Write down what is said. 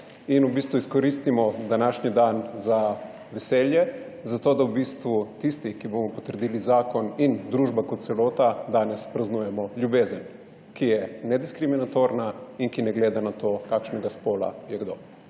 in v bistvu izkoristimo današnji dan za veselje, zato, da v bistvu tisti, ki bomo potrdili zakon in družba kot celota danes praznujemo ljubezen, ki je nediskriminatorna in ki ne gleda na to, kakšnega spola je kdo.